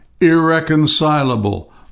irreconcilable